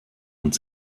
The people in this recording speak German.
und